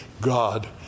God